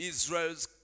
Israel's